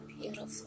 beautiful